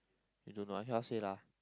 you don't know I cannot say lah